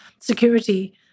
security